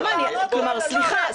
סליחה,